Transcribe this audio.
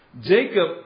Jacob